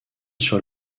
sur